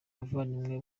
abavandimwe